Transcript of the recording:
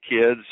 kids